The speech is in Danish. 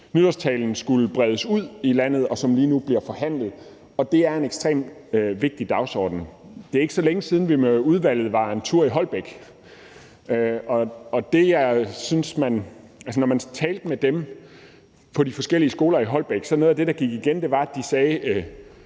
nytårstalen skulle bredes ud i hele landet, og som lige nu bliver forhandlet. Det er en ekstremt vigtig dagsorden. Det er ikke så længe siden, at vi i udvalget var en tur i Holbæk. Når man talte med dem på de forskellige skoler i Holbæk, var noget af det, der gik igen, at de sagde: